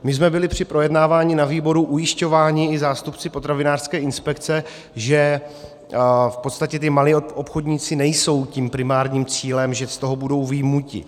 My jsme byli při projednávání ve výboru ujišťováni i zástupci potravinářské inspekce, že v podstatě ti malí obchodníci nejsou tím primárním cílem, že z toho budou vyjmuti.